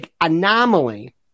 anomaly